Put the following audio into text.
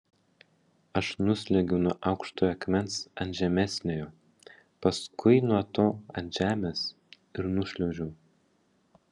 aš nusliuogiau nuo aukštojo akmens ant žemesniojo paskui nuo to ant žemės ir nušliaužiau